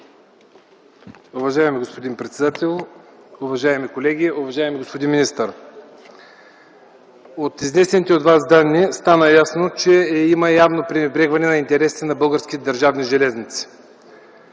Уважаеми господин председател, уважаеми колеги, уважаеми господин министър! От изнесените от Вас данни стана ясно, че има явно пренебрегване на интересите на Българските държавни железници.